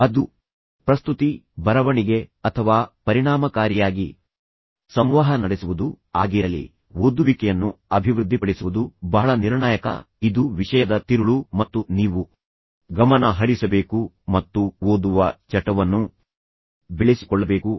ಅದು ಪ್ರಸ್ತುತಿ ಬರವಣಿಗೆ ಅಥವಾ ಪರಿಣಾಮಕಾರಿಯಾಗಿ ಸಂವಹನ ನಡೆಸುವುದು ಆಗಿರಲಿ ಅಥವಾ ನಿಮ್ಮ ಒಟ್ಟಾರೆ ವ್ಯಕ್ತಿತ್ವ ಓದುವಿಕೆಯನ್ನು ಅಭಿವೃದ್ಧಿಪಡಿಸುವುದು ಬಹಳ ನಿರ್ಣಾಯಕ ಪಾತ್ರವನ್ನು ವಹಿಸುತ್ತದೆ ಇದು ವಿಷಯದ ತಿರುಳು ಮತ್ತು ನೀವು ಗಮನ ಹರಿಸಬೇಕು ಮತ್ತು ಓದುವ ಚಟವನ್ನು ಬೆಳೆಸಿಕೊಳ್ಳಬೇಕು ಮತ್ತು ಇದು ತುಂಬಾ ಆರೋಗ್ಯಕರ ವ್ಯಸನವಾಗಿದೆ